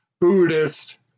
Buddhist